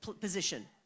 position